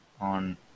on